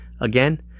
again